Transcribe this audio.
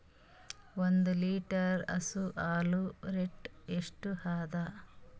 ಒಂದ್ ಲೀಟರ್ ಹಸು ಹಾಲ್ ರೇಟ್ ಎಷ್ಟ ಅದ?